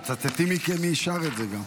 תצטטי מי שר את זה גם.